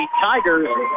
Tigers